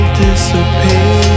disappear